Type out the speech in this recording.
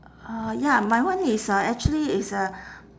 uh ya my one is a actually is a